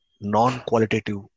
non-qualitative